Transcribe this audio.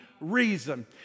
reason